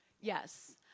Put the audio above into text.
Yes